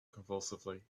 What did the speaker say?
convulsively